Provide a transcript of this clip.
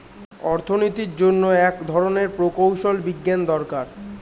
অর্থনীতির জন্য এক ধরনের প্রকৌশল বিজ্ঞান দরকার